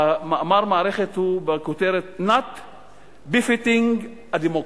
מאמר המערכת הוא בכותרת "Not Befitting a Democracy"